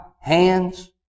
hands